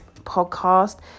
podcast